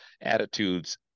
attitudes